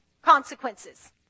consequences